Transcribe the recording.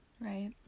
Right